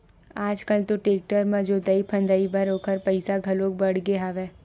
आज कल तो टेक्टर म जोतई फंदई बर ओखर पइसा घलो बाड़गे हवय